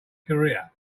career